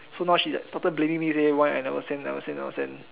so now she like started blaming me already why I never send never send never send